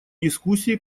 дискуссий